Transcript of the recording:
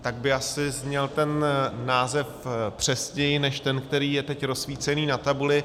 Tak by asi zněl ten název přesněji než ten, který je teď rozsvícený na tabuli.